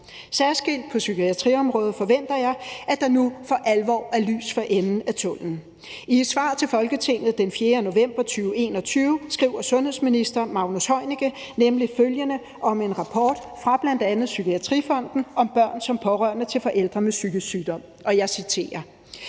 Særskilt på psykiatriområdet forventer jeg, at der nu for alvor er lys for enden af tunnellen. I et svar til Folketinget den 4. november 2021 skriver sundhedsminister Magnus Heunicke nemlig følgende om en rapport fra bl.a. Psykiatrifonden om børn som pårørende til forældre med psykisk sygdom, og jeg citerer: